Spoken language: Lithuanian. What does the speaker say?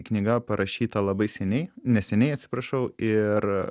knyga parašyta labai seniai neseniai atsiprašau ir